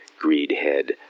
greed-head